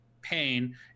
pain